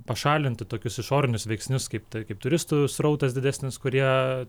pašalinti tokius išorinius veiksnius kaip tai kaip turistų srautas didesnis kurie